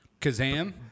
Kazam